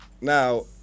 now